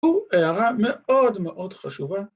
‫הוא הערה מאוד מאוד חשובה.